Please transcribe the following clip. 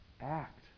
act